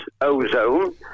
ozone